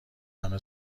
همه